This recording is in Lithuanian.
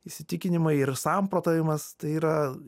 įsitikinimai ir samprotavimas tai yra